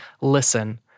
listen